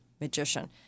magician